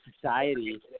society